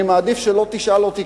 אני מעדיף שלא תשאל אותי,